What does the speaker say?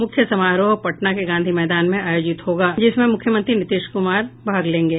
मुख्य समारोह पटना के गांधी मैदान में आयोजित होगा जिसमें मुख्यमंत्री नीतीश कुमार भाग लेंगे